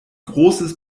großes